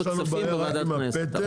יש לנו בעיה רק עם הפטם.